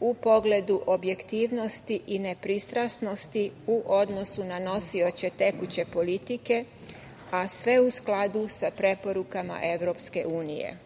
u pogledu objektivnosti i nepristrasnosti u odnosu na nosioce tekuće politike, a sve u skladu sa preporukama EU.Programom se